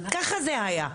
ככה זה היה,